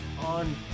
on